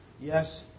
Yes